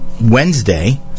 Wednesday